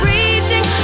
Reaching